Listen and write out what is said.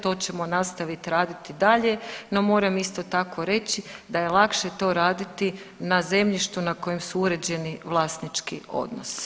To ćemo nastaviti raditi dalje, no moram isto tako reći da je lakše to raditi na zemljištu na kojem su uređeni vlasnički odnosi.